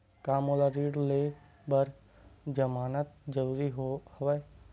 का मोला ऋण ले बर जमानत जरूरी हवय?